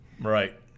right